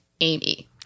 Amy